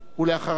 ואחריו,